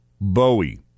Bowie